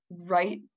right